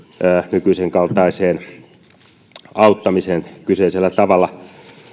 nykyisenkaltaiseen auttamiseen kyseisellä tavalla